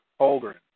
Holdren